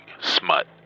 Smut